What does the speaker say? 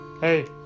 hey